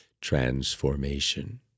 transformation